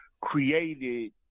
created